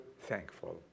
thankful